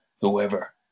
whoever